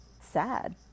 sad